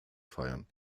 feiern